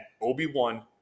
Obi-Wan